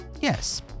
Yes